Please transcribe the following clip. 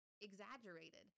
exaggerated